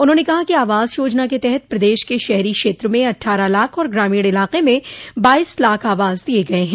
उन्होंने कहा कि आवास योजना के तहत प्रदेश के शहरी क्षेत्र में अठ्ठारह लाख और ग्रामीण इलाके में बाइस लाख आवास दिये गये हैं